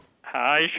Hi